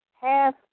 half